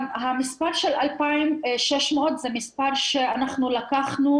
המספר של 2,600 זה מספר שאנחנו לקחנו